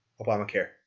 Obamacare